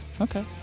Okay